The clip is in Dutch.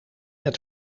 het